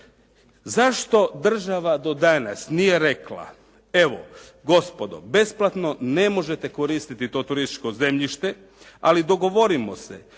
Zašto država do danas nije rekla, evo gospodo besplatno ne možete koristiti to turističko zemljište, ali dogovorimo se